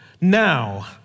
Now